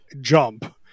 jump